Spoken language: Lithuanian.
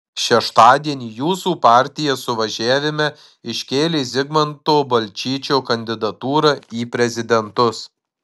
šeštadienį jūsų partija suvažiavime iškėlė zigmanto balčyčio kandidatūrą į prezidentus